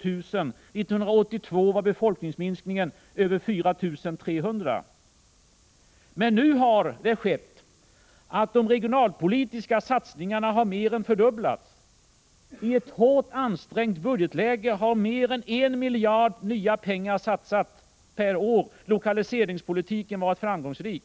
1982 var befolkningsminskningen över 4 300. Men nu har det skett, att de regionalpolitiska satsningarna har mer än fördubblats. I ett hårt ansträngt budgetläge har mer än en miljard kronor nya pengar satsats per år. Lokaliseringspolitiken har varit framgångsrik.